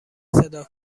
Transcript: صدا